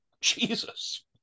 Jesus